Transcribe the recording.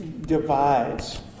divides